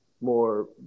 more